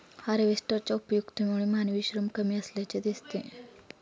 हार्वेस्टरच्या उपयुक्ततेमुळे मानवी श्रम कमी असल्याचे दिसते